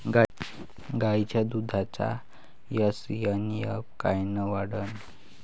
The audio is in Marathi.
गायीच्या दुधाचा एस.एन.एफ कायनं वाढन?